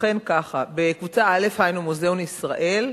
ובכן ככה: בקבוצה א', היינו מוזיאון ישראל,